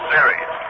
Series